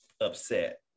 upset